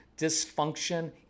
dysfunction